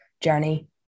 journey